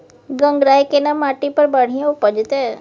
गंगराय केना माटी पर बढ़िया उपजते?